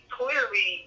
clearly